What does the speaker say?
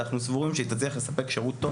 אנחנו סבורים שהיא תצליח לספק שירות טוב